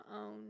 own